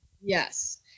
Yes